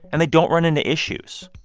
and they don't run into issues.